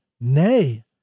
Nay